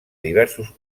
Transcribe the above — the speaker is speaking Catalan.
diversos